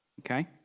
okay